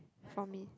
for me